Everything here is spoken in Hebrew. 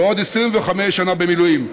ועוד 25 שנה במילואים,